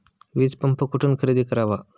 वीजपंप कुठून खरेदी करावा?